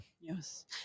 yes